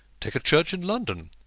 take a church in london.